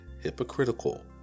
hypocritical